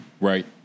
Right